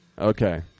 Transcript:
okay